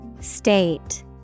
State